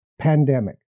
pandemic